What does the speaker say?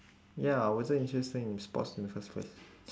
ya I wasn't interested in sports in the first place